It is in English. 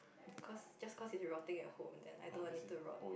cause just cause it's rotting at home then I don't want it to rot